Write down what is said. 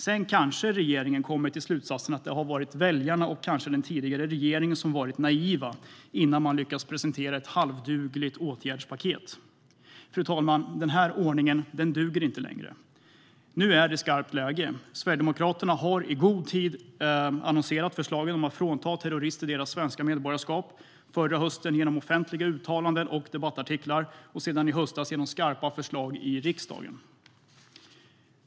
Sedan kanske regeringen kommer till slutsatsen att väljarna och den tidigare regeringen har varit naiva innan man lyckats presentera ett halvdugligt åtgärdspaket. Fru talman! Den ordningen duger inte längre. Nu är det skarpt läge. Sverigedemokraterna har i god tid annonserat förslagen om att frånta terrorister deras svenska medborgarskap; förra hösten genom offentliga uttalanden och debattartiklar och sedan i höstas genom skarpa förslag i riksdagen.